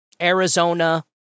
Arizona